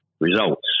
results